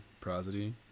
prosody